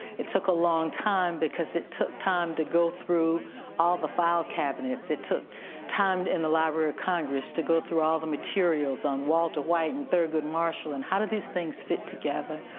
it took a long time because it took time to go through all the file cabinets. it took time in the library of congress to go through all the materials on walter white and thurgood marshall and how do these things fit together.